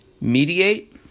Mediate